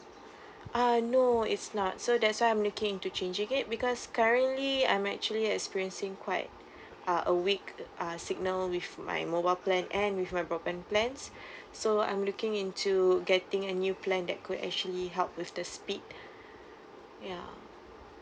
ah no it's not so that's why I'm looking into changing it because currently I'm actually experiencing quite ah a weak ah signal with my mobile plan and with my broadband plans so I'm looking into getting a new plan that could actually help with the speed ya